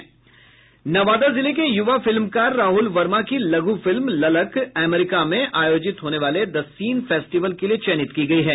नवादा जिले के युवा फिल्मकार राहुल वर्मा की लघु फिल्म ललक अमरीका में आयोजित होने वाले द सीन फेस्टिवल के लिए चयनित की गयी है